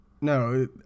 No